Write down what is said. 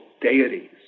deities